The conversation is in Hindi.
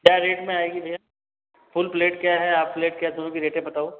क्या रेट में आएगी भैय्या फुल प्लेट क्या है हाफ प्लेट क्या दोनों के रेटें बताओ